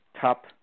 top